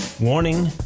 Warning